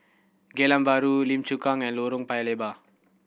Geylang Bahru Lim Chu Kang and Lorong Paya Lebar